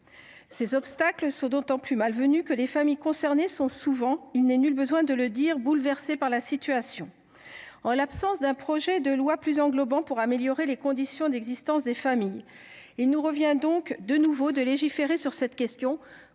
Ces obstacles sont d’autant plus malvenus que les familles concernées sont souvent – il n’est nul besoin de le dire – bouleversées par la situation. En l’absence d’un projet de loi plus englobant pour améliorer les conditions d’existence des familles, il nous revient donc, de nouveau, de légiférer sur cette question